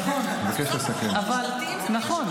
אפילו כוחות המשטרה שנכחו בתוך היישובים הערביים נעלמו,